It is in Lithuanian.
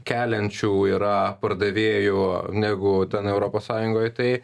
keliančių yra pardavėjų negu ten europos sąjungoj tai